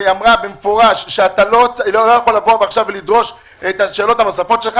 והיא אמרה במפורש שאתה לא יכול לדרוש עכשיו את השאלות הנוספות שלך,